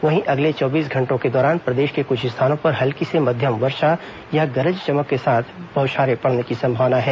वहीं अगले चौबीस घंटों के दौरान प्रदेश के कुछ स्थानों पर हल्की से मध्यम वर्षा या गरज चमक के साथ बौछारें पड़ने की संभावना है